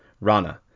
Rana